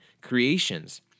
creations